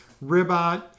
Ribot